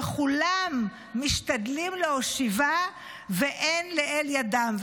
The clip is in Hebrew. וכולם משתדלים להושיבה ואין לאל ידם.